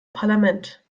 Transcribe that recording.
parlament